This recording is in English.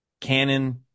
canon